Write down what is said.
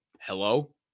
hello